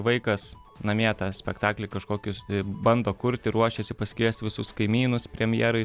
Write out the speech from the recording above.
vaikas namie tą spektaklį kažkokius bando kurti ruošiasi pasikviesti visus kaimynus premjerai